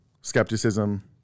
skepticism